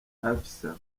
afsa